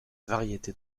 variété